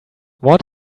what